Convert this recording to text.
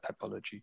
typology